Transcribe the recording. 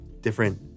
different